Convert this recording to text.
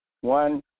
One